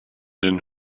den